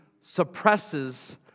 suppresses